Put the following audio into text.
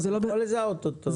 אני יכול לזהות אותו.